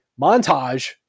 montage